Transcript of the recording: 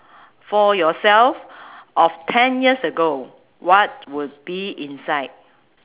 for yourself of ten years ago what would be inside